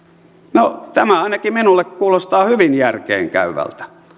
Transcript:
no tämä ainakin minulle kuulostaa hyvin järkeenkäyvältä